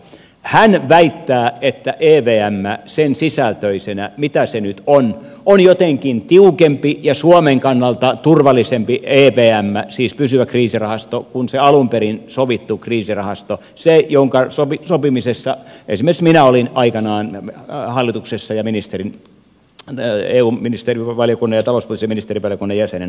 hän väittää että evm sen sisältöisenä mitä se nyt on on jotenkin tiukempi ja suomen kannalta turvallisempi evm siis pysyvä kriisirahasto kuin se alun perin sovittu kriisirahasto se jonka sopimisessa esimerkiksi minä olin aikanaan hallituksessa ja eu ministerivaliokunnan ja talouspoliittisen ministerivaliokunnan jäsenenä mukana